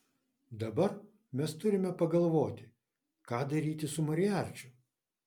dabar mes turime pagalvoti ką daryti su moriarčiu